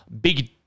Big